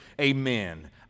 Amen